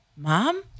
Mom